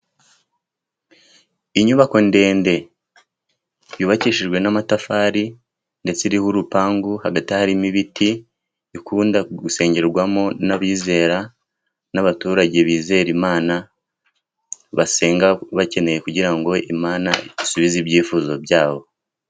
Inyubako ndende yubakishijwe n'amatafari ndetse iriho urupangu, hagati harimo ibiti, ikunda gusengerwamo n'abizera, n'abaturage bizera Imana basenga, bakeneye kugira ngo Imana isubize ibyifuzo byabo.